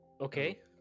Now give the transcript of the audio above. okay